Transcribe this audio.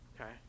okay